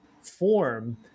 form